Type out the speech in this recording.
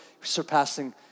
surpassing